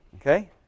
Okay